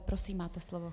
Prosím, máte slovo.